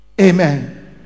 Amen